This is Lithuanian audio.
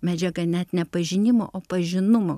medžiaga net ne pažinimo o pažinumo